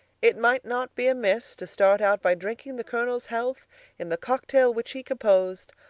it might not be amiss to start out by drinking the colonel's health in the cocktail which he composed,